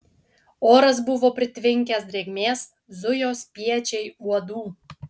oras buvo pritvinkęs drėgmės zujo spiečiai uodų